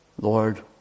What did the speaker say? Lord